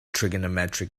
trigonometric